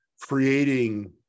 creating